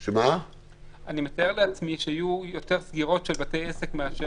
אני מתאר לעצמי שיהיו יותר סגירות של בתי עסק מאשר